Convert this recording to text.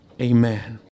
Amen